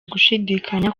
gushidikanya